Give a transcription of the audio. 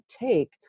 take